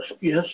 yes